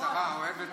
השרה אוהבת זירו.